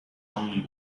only